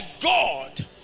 God